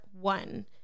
one